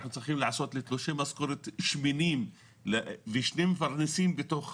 אנחנו צריכים לעשות תלושי משכורת שמנים ושני מפרנסים בתוך